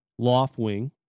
Loftwing